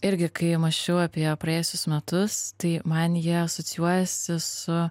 irgi kai mąsčiau apie praėjusius metus tai man jie asocijuojasi su